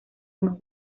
unos